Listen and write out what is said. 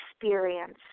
experience